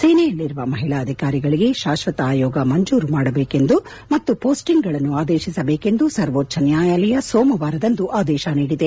ಸೇನೆಯಲ್ಲಿರುವ ಮಹಳಾ ಅಧಿಕಾರಿಗಳಿಗೆ ಶಾಕ್ಷತ ಆಯೋಗ ಮಂಜೂರು ಮಾಡಬೇಕೆಂದು ಮತ್ತು ಪೋಸ್ಲಿಂಗ್ ಗಳನ್ನು ಆದೇಶಿಸಬೇಕೆಂದು ಸರ್ವೋಚ್ವ ನ್ಯಾಯಾಲಯ ಸೋಮವಾರದಂದು ಆದೇಶ ನೀಡಿದೆ